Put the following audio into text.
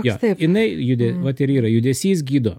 jo jinai jude vat ir yra judesys gydo